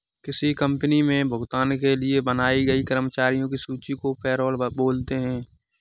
किसी कंपनी मे भुगतान के लिए बनाई गई कर्मचारियों की सूची को पैरोल बोलते हैं